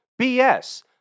BS